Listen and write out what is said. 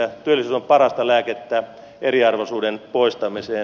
työllisyys on parasta lääkettä eriarvoisuuden poistamiseen